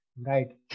Right